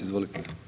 Izvolite.